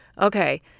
okay